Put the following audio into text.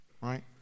right